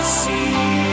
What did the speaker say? see